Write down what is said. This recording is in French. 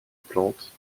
plantes